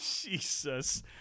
Jesus